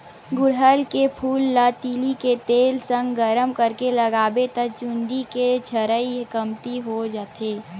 गुड़हल के फूल ल तिली के तेल संग गरम करके लगाबे त चूंदी के झरई ह कमती हो जाथे